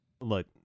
Look